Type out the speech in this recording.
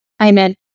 Amen